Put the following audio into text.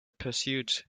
pursuit